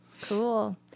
Cool